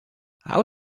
how